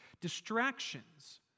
distractions